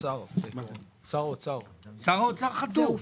שר האוצר חתום.